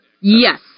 Yes